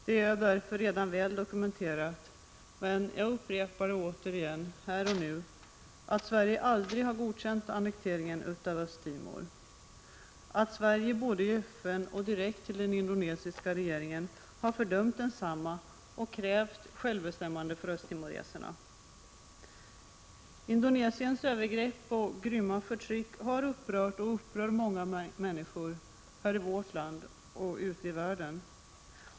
Det är därför redan väl dokumenterat, men jag upprepar här och nu att Sverige aldrig har godkänt annekteringen av Östra Timor och att Sverige både i FN och direkt hos den indonesiska regeringen har fördömt densamma och krävt självbestämmande för östtimoreserna. Indonesiens övergrepp och grymma förtryck har upprört och upprör många människor i vårt land och ute i världen.